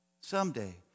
Someday